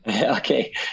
Okay